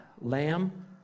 Lamb